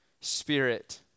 spirit